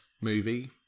movie